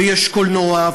ויש קולנוע,